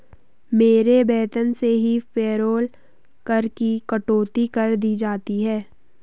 मेरे वेतन से ही पेरोल कर की कटौती कर दी जाती है